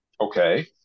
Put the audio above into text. Okay